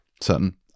certain